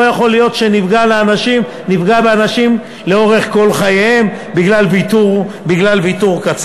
לא יכול להיות שנפגע באנשים לאורך כל חייהם בגלל ויתור קצר.